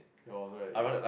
ya so that is